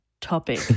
topic